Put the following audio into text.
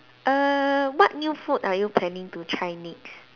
err what new food are you planning to try next